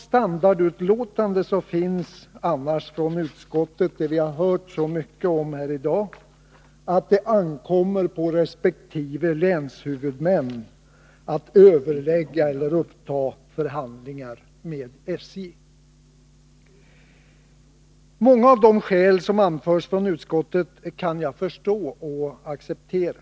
Standardutlåtandet är i övrigt, vilket vi har hört mycket om i dag, att det ankommer på resp. länshuvudmän att överlägga eller uppta förhandlingar med SJ. Många av de skäl som anförs från utskottet kan jag förstå och acceptera.